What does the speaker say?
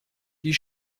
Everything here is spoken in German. die